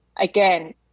again